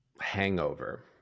hangover